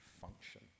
function